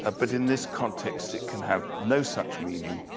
ah but in this context, it can have no such meaning,